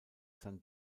san